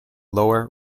lower